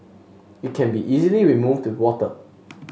it can be easily removed with water